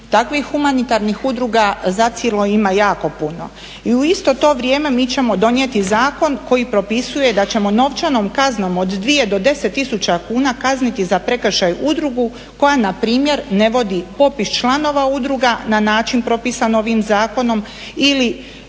Takvih humanitarnih udruga zacijelo ima jako puno. I u isto to vrijeme mi ćemo donijeti zakon koji propisuje da ćemo novčanom kaznom od 2 do 10 tisuća kuna kazniti za prekršaj udrugu koja npr. ne vodi popis članove udruga na način propisan ovim zakonom ili